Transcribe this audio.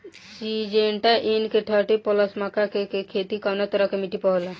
Syngenta NK thirty plus मक्का के के खेती कवना तरह के मिट्टी पर होला?